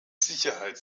sicherheit